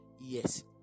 Yes